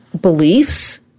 beliefs